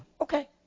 Okay